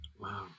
Wow